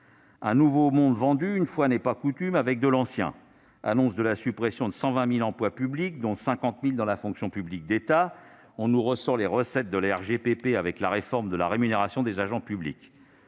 « nouveau monde » avec, une fois n'est pas coutume, de l'« ancien », avec l'annonce de la suppression de 120 000 emplois publics, dont 50 000 dans la fonction publique d'État, et on nous ressort les recettes de la RGPP avec la réforme de la rémunération des agents publics.